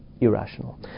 irrational